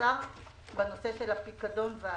בעקבות הקורונה בבתי